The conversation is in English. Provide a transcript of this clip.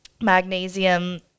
magnesium